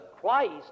Christ